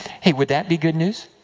hey, would that be good news?